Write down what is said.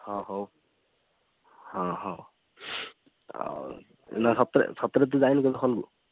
ହଁ ହଉ ହଁ ହଁ ଆଉ ନା ସତରେ ସତରେ ତୁ ଯାଇନୁ କେବେ ହଲ୍କୁ